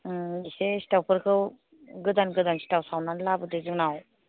एसे सिथावफोरखौ गोदान गोदान सिथाव सावनानै लाबोदो जोंनाव